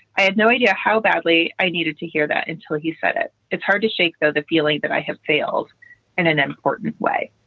i had no idea how badly i needed to hear that until he said it. it's hard to shake, though, the feeling that i have failed in an important way